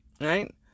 Right